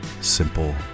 simple